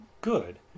good